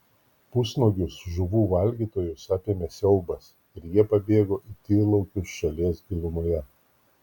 pusnuogius žuvų valgytojus apėmė siaubas ir jie pabėgo į tyrlaukius šalies gilumoje